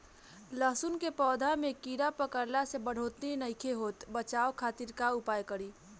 लहसुन के पौधा में कीड़ा पकड़ला से बढ़ोतरी नईखे होत बचाव खातिर का उपाय करी?